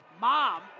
mom